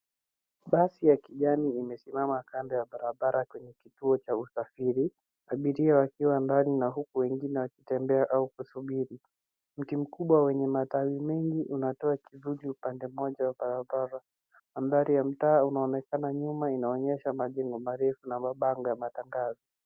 Basi ya kijani imesimama kando ya barabara kwenye kituo cha usafiri. Abiria wakiwa ndani na huku wengine wakitembea au kusubiri. Mti mkubwa wenye matawi mengi unatoa kivuli upande mmoja wa barabara. Mandhari ya mtaa unaonekana nyuma inaonyesha majengo marefu na mabango ya matangazo.